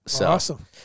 Awesome